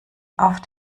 auf